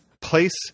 place